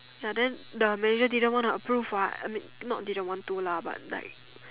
ya then the manager didn't want to approve what I mean not didn't want to lah but like